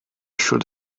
should